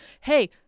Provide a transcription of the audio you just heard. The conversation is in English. hey